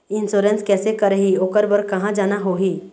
Insurance कैसे करही, ओकर बर कहा जाना होही?